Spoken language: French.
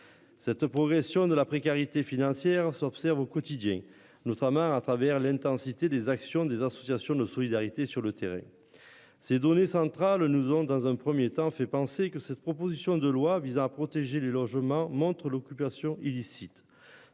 Cette progression de la précarité financière s'observe au quotidien. Notamment à travers l'intensité des actions des associations de solidarité, sur le terrain. Ces données centrale nous ont dans un 1er temps fait penser que cette proposition de loi visant à protéger les logements montres l'occupation illicite